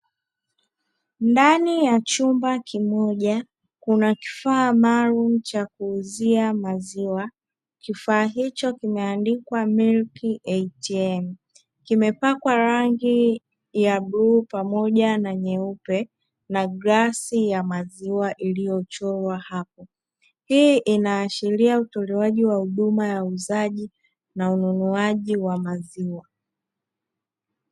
Ndani ya chumba kimoja kuna kifaa maalum cha kuuzia maziwa kifaa hicho kimeandikwa "MILK ATM", kimepakwa rangi ya bluu, pamoja na nyeupe na glasi ya maziwa iliyochorwa hapo; hii inaashiria utolewaji wa huduma ya uuzaji na ununuaji wa maziwa.